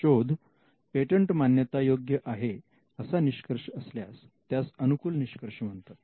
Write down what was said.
शोध पेटंट मान्यता योग्य आहे असा निष्कर्ष असल्यास त्यास अनुकूल निष्कर्ष म्हणतात